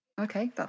Okay